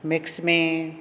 mix में